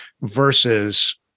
versus